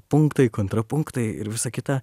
punktai kontrapunktai ir visa kita